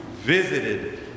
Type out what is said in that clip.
visited